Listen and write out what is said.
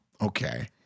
Okay